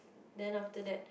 then after that